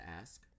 ask